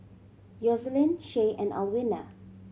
Yoselin Shay and Alwina